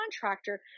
contractor